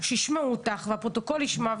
ישמעו אותך, הפרוטוקול ישמע.